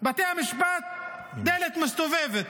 בתי המשפט, דלת מסתובבת.